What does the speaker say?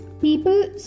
people